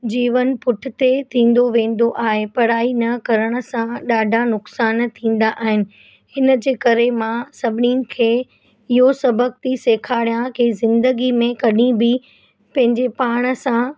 जीवन पुठिते थींदो वेंदो आहे पढ़ाई न करण सां ॾाढा नुक़सानु थींदा आहिनि हिन जे करे मां सभिनीनि खे इहो सबक थी सेखारिया की ज़िंदगी में कॾहिं बि पंहिंजे पाण सां